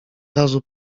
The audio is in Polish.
razu